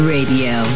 Radio